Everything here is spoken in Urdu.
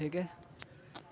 ٹھیک ہے